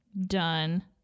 done